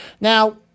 Now